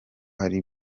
hari